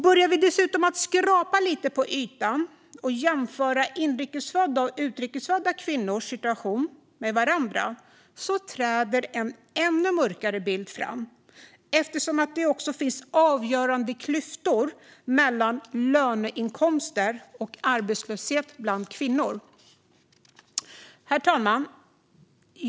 Börjar vi dessutom skrapa lite på ytan och jämföra inrikes födda och utrikes födda kvinnors situationer med varandra framträder en ännu mörkare bild, eftersom det också finns avgörande klyftor mellan kvinnor beträffande löneinkomster och arbetslöshet. Herr talman!